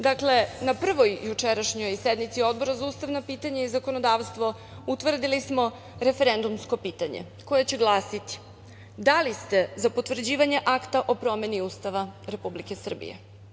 Dakle, na prvoj jučerašnjoj sednici Odbora za ustavna pitanja i zakonodavstvo utvrdili smo referendumsko pitanje koje će glasiti – da li ste za potvrđivanje Akta o promeni ustava Republike Srbije?